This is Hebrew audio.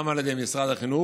גם על ידי משרד החינוך